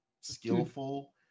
skillful